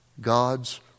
God's